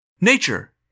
Nature